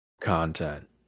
content